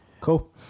cool